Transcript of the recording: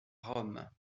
rome